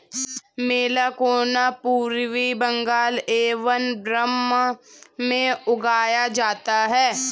मैलाकोना पूर्वी बंगाल एवं बर्मा में उगाया जाता है